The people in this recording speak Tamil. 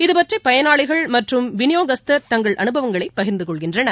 இதுபற்றி பயனாளிகள் மற்றும் மற்றும் விநியோகஸ்தர் தங்கள் அனுபவங்களை பகிர்ந்து கொள்கின்றனர்